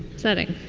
setting